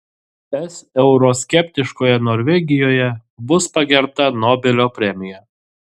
es euroskeptiškoje norvegijoje bus pagerbta nobelio premija